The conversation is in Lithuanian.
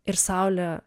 ir saulė